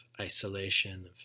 isolation